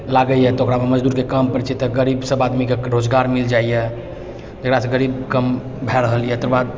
लागैए तऽ ओकरामे मजदूर कामपर जाइ छै तऽ गरीब आदमी सबके रोजगार मिल जाइए जकरासँ गरीब कम भए रहल यऽ तकर बाद